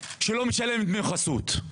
שלא משלם דמי חסות.